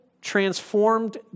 transformed